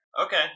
Okay